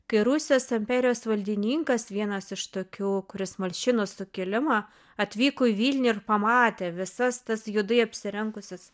kai rusijos imperijos valdininkas vienas iš tokių kuris malšino sukilimą atvyko į vilnių ir pamatė visas tas juodai apsirengusias